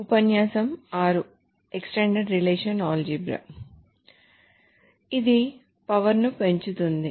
కాబట్టి ఇది extended కాబట్టి ఇది పవర్ ని పెంచుతుంది